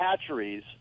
hatcheries